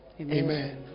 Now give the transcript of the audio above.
Amen